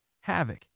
havoc